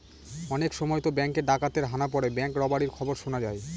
অনেক সময়তো ব্যাঙ্কে ডাকাতের হানা পড়ে ব্যাঙ্ক রবারির খবর শোনা যায়